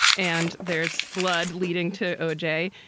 and there's blood leading to o j.